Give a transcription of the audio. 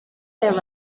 there